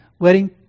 wedding